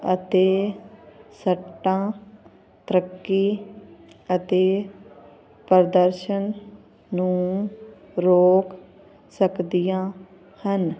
ਅਤੇ ਸੱਟਾਂ ਤਰੱਕੀ ਅਤੇ ਪ੍ਰਦਰਸ਼ਨ ਨੂੰ ਰੋਕ ਸਕਦੀਆਂ ਹਨ